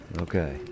Okay